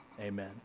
Amen